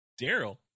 Daryl